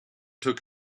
took